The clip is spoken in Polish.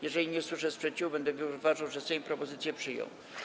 Jeżeli nie usłyszę sprzeciwu, będę uważał, że Sejm propozycje przyjął.